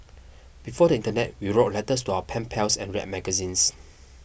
before the internet we wrote letters to our pen pals and read magazines